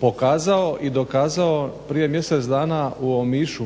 pokazao i dokazao prije mjesec dana u Omišu